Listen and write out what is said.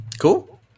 Cool